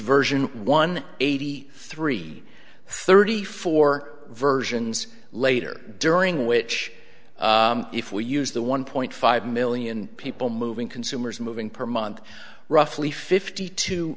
version one eighty three thirty four versions later during which if we use the one point five million people moving consumers moving per month roughly fifty two